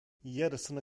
yarısını